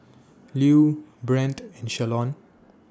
Lue Brent and Shalon